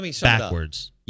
backwards